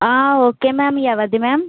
ఆ okay ma'am ఎవరిది ma'am